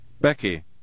Becky